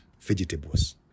vegetables